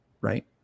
right